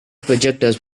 projectors